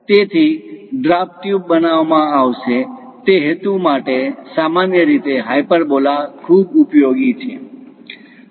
તેથી draft tube બનાવવામાં આવશે તે હેતુ માટે સામાન્ય રીતે હાયપરબોલા ખૂબ ઉપયોગી છે